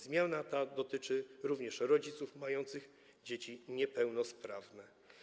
Zmiana ta dotyczy również rodziców mających dzieci niepełnosprawne.